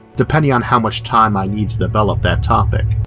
depending on how much time i need to develop that topic.